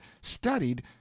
studied